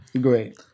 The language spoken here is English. Great